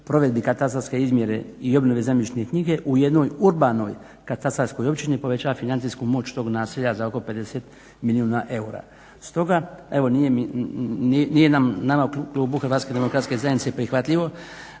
provedbi katastarske izmjere i obnove zemljišne knjige u jednoj urbanoj katastarskoj općini povećava financijsku moć tog naselja za oko 50 milijuna eura. Stoga evo nije nama u klubu HDZ-a prihvatljivo